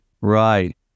Right